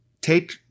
take